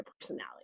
personality